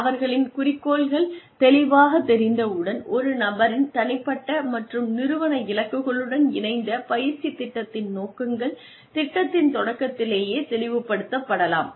அவர்களின் குறிக்கோள்கள் தெளிவாகத் தெரிந்தவுடன் ஒரு நபரின் தனிப்பட்ட மற்றும் நிறுவன இலக்குகளுடன் இணைந்த பயிற்சித் திட்டத்தின் நோக்கங்கள் திட்டத்தின் தொடக்கத்திலேயே தெளிவுபடுத்தப்படலாம்